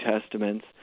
Testaments